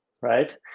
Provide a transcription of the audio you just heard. right